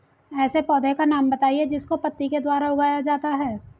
ऐसे पौधे का नाम बताइए जिसको पत्ती के द्वारा उगाया जाता है